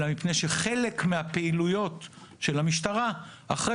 אלא מפני שחלק מהפעילויות של המשטרה אחרי